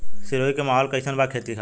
सिरोही के माहौल कईसन बा खेती खातिर?